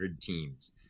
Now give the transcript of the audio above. teams